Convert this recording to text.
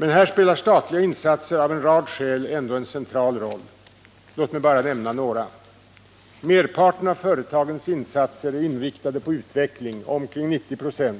Men här spelar statliga insatser av en rad skäl ändå en central roll. Låt mig bara nämna några. Merparten av företagens insatser är inriktade på utveckling, omkring 90 26,